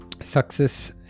success